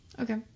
Okay